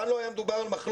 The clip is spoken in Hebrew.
כאן לא היה מדובר על מחלוקת.